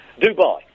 Dubai